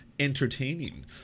entertaining